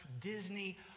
Disney